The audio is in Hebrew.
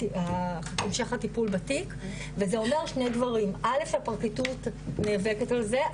המשך הטיפול בתיק וזה אומר שני דברים אלף הפרקליטות נאבקת על זה,